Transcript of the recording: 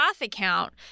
account